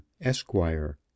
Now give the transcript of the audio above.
Esquire